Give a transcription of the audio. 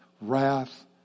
wrath